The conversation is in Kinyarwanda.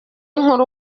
nkuru